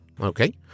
Okay